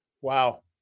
Wow